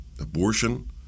abortion